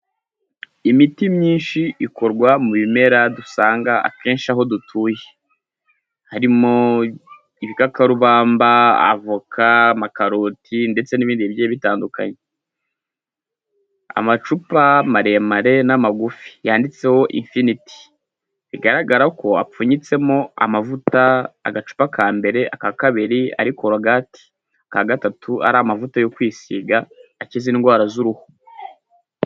Imiti myinshi ikorwa mu bimera dusanga akenshi aho dutuye. Harimo ibikakarubamba, avoka, amakaroti, ndetse n'ibindi bigiye bitandukanye. Amacupa maremare n'amagufi, yanditseho imfiniti, bigaragara ko apfunyitsemo amavuta agapa mbere, aka kabiri ari korogati, aka gatatu ari amavuta yo kwisiga, akiza indwara z'uruhu.